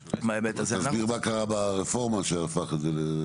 תסביר מה קרה ברפורמה שהפך את זה.